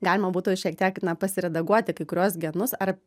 galima būtų šiek tiek na pasiredaguoti kai kuriuos genus ar